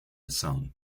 song